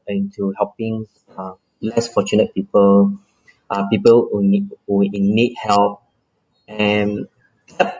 into helping uh less fortunate people uh people only who in need help and